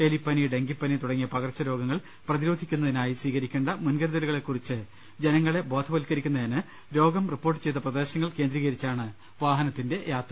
എലിപ്പനി ഡെങ്കിപ്പനി തുടങ്ങി പകർച്ച രോഗങ്ങൾ പ്രതിരോധിക്കുന്നതിനായി സ്വീകരിക്കേണ്ട മുൻകരു തലുകളെക്കുറിച്ച് ജനങ്ങളെ ബോധവത്കരിക്കുന്നതിന് രോഗം റിപ്പോർട്ട് ചെയ്ത പ്രദേശങ്ങൾ കേന്ദ്രീകരിച്ചാണ് വാഹനത്തിന്റെ യാത്ര